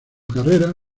carrera